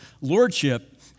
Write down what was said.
Lordship